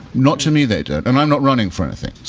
not to me they don't, and i'm not running for anything.